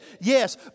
Yes